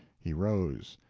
he rose.